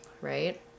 right